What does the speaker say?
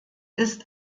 ist